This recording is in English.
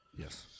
Yes